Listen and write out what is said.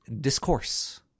Discourse